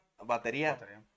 Batería